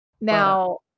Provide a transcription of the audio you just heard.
Now